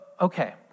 okay